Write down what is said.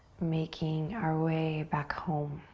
making our way back home.